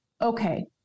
okay